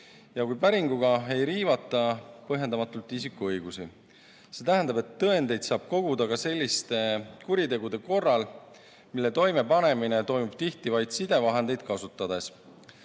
ja kui päringuga ei riivata põhjendamatult isiku õigusi. See tähendab, et tõendeid saab koguda ka selliste kuritegude korral, mille toimepanemine toimub tihti vaid sidevahendeid kasutades.